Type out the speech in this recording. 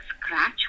Scratch